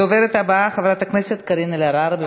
הדוברת הבאה, חברת הכנסת קארין אלהרר.